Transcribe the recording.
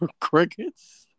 Crickets